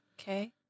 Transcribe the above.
Okay